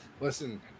Listen